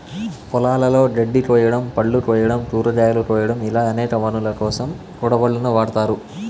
పొలాలలో గడ్డి కోయడం, పళ్ళు కోయడం, కూరగాయలు కోయడం ఇలా అనేక పనులకోసం కొడవళ్ళను వాడ్తారు